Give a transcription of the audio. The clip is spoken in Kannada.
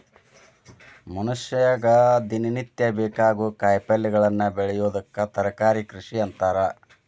ಮನಷ್ಯಾಗ ದಿನನಿತ್ಯ ಬೇಕಾಗೋ ಕಾಯಿಪಲ್ಯಗಳನ್ನ ಬೆಳಿಯೋದಕ್ಕ ತರಕಾರಿ ಕೃಷಿ ಅಂತಾರ